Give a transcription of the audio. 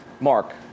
Mark